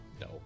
No